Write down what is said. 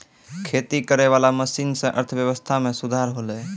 खेती करै वाला मशीन से अर्थव्यबस्था मे सुधार होलै